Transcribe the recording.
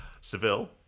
Seville